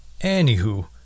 Anywho